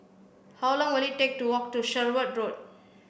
how long will it take to walk to Sherwood Road